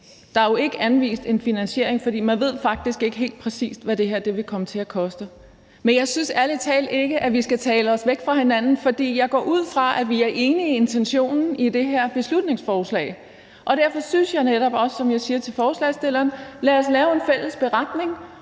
Der er jo ikke anvist en finansiering, for man ved faktisk ikke helt præcis, hvad det her vil komme til at koste. Men jeg synes ærlig talt ikke, at vi skal tale os væk fra hinanden, for jeg går ud fra, at vi er enige om intentionen i det her beslutningsforslag, og derfor synes jeg netop også, som jeg siger til forslagsstillerne: Lad os lave en fælles beretning